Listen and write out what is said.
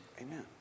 Amen